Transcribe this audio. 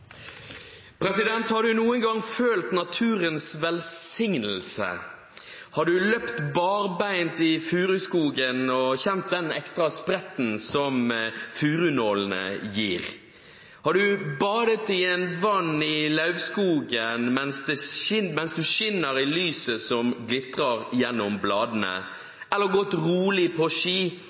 Har du noen gang følt naturens velsignelse? Har du løpt barbeint i furuskogen og kjent den ekstra spretten som furunålene gir? Har du badet i et vann i lauvskogen mens det skinner i lyset som glitrer gjennom bladene, eller gått rolig på ski